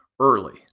early